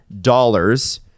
dollars